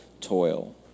toil